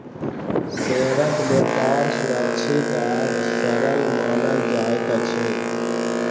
शेयरक व्यापार सुरक्षित आ सरल मानल जाइत अछि